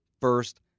first